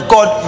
God